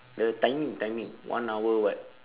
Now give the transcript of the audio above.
the timing timing one hour what